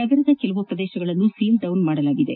ನಗರದ ಕೆಲವು ಪ್ರದೇಶಗಳನ್ನು ಸೀಲ್ ಡೌನ್ ಮಾಡಲಾಗಿದೆ